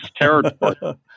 territory